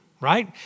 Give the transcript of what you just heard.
right